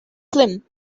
film